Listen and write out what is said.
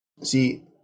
see